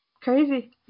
Crazy